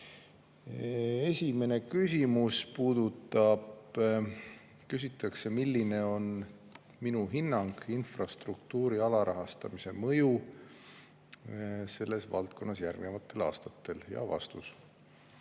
Esimeses küsimuses küsitakse, milline on minu hinnang infrastruktuuri alarahastamise mõju kohta selles valdkonnas järgnevatel aastatel. Vastus.